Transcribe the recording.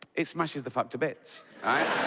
it smashes the fuck to bits